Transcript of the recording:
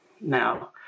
Now